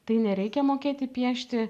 tai nereikia mokėti piešti